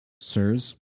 sirs